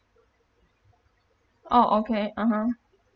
oh okay (uh huh)